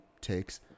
takes